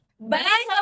Bye